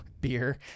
beer